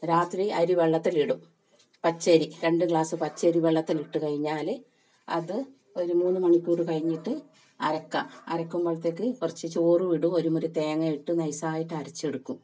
രാത്രി അരി വെള്ളത്തിലിടും പച്ചരി രണ്ട് ഗ്ലാസ് പച്ചരി വെള്ളത്തിലിട്ട് കഴിഞ്ഞാൽ അത് ഒരു മൂന്ന് മണിക്കൂർ കഴിഞ്ഞിട്ട് അരക്കാം അരക്കുമ്പോഴത്തേക്ക് കുറച്ച് ചോറും ഇടും ഒരു മുറി തേങ്ങ ഇട്ട് നൈസായിട്ട് അരച്ചെടുക്കും